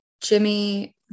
Jimmy